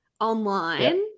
online